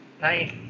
Nice